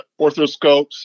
orthoscopes